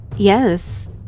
Yes